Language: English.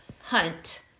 Hunt